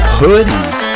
hoodies